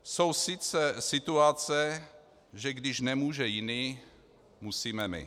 Jsou sice situace, že když nemůže jiný, musíme my.